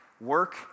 Work